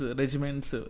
regiments